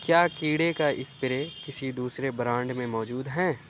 کیا کیڑے کا اسپرے کسی دوسرے برانڈ میں موجود ہیں